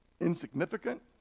Insignificant